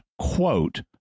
quote